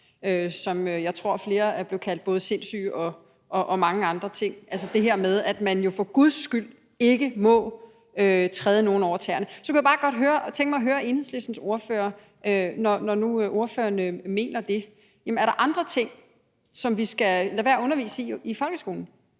som jeg tror af flere er blevet kaldt både sindssyge og mange andre ting. Det handler om, at man jo for guds skyld ikke må træde nogen over tæerne. Så kunne jeg bare godt tænke mig at høre Enhedslistens ordfører om noget, når nu ordføreren mener det. Er der andre ting, som vi skal lade være at undervise i i folkeskolen?